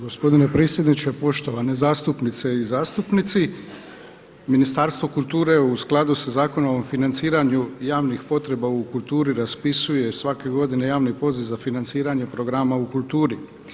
Gospodine predsjedniče, poštovane zastupnice i zastupnici Ministarstvo kulture je u skladu sa Zakonom o financiranju javnih potreba u kulturi raspisuje svake godine javni poziv za financiranje programa u kulturi.